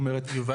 יובל,